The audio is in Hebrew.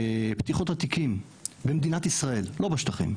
פתיחות התיקים במדינת ישראל לא בשטחים,